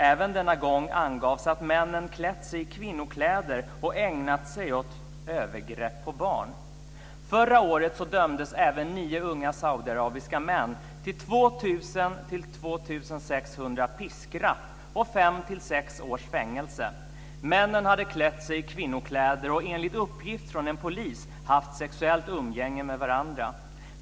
Även denna gång angavs att männen klätt sig i kvinnokläder och ägnat sig åt övergrepp på barn. Förra året dömdes även nio unga saudiarabiska män till 2 000-2 600 piskrapp och 5-6 års fängelse. Männen hade klätt sig i kvinnokläder och enligt uppgift från en polis haft sexuellt umgänge med varandra.